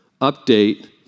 update